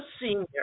senior